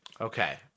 Okay